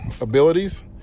abilities